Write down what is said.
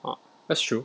ah that's true